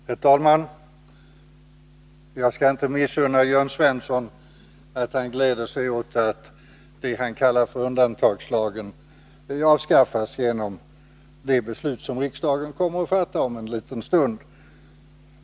Herr talman! Jag missunnar inte Jörn Svensson hans glädje åt att det han kallar för undantagslagen avskaffas genom det beslut som riksdagen om en liten stund kommer att fatta.